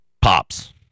Pops